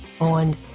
on